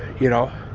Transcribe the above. you know,